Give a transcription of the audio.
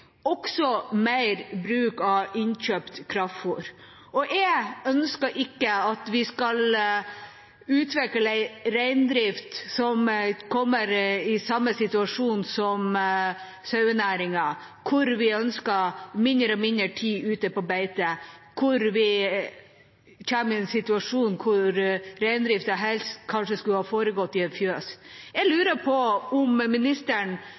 også mer bruk av innkjøpt kraftfôr. Jeg ønsker ikke at vi skal utvikle en reindrift som kommer i samme situasjon som sauenæringen, med mindre og mindre tid ute på beite – at vi kommer i en situasjon der reindriften kanskje helst skulle ha foregått i et fjøs. Jeg lurer på om ministeren